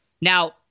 Now